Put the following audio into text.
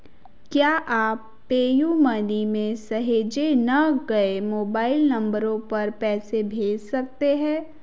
क्या आप PayU Money में सहजे न गए मोबाइल नंबरों पर पैसे भेज सकते हैं